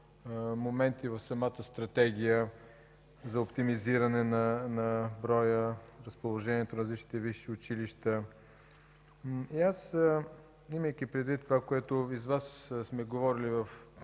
моменти в самата Стратегия за оптимизиране на броя и разположението на различните висши училища. И аз, имайки предвид това, което и с Вас сме говорили в